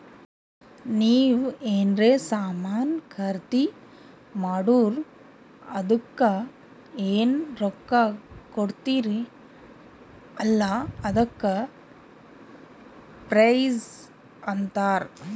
ನೀವ್ ಎನ್ರೆ ಸಾಮಾನ್ ಖರ್ದಿ ಮಾಡುರ್ ಅದುಕ್ಕ ಎನ್ ರೊಕ್ಕಾ ಕೊಡ್ತೀರಿ ಅಲ್ಲಾ ಅದಕ್ಕ ಪ್ರೈಸ್ ಅಂತಾರ್